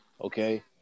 Okay